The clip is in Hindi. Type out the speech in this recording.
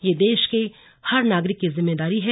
यह देश के हर नागरिक की जिम्मेदारी है